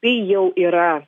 tai jau yra